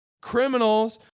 criminals